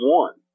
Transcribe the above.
one